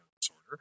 disorder